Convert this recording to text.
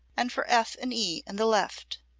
and for f and e in the left.